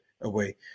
away